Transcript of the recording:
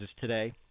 today